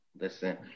listen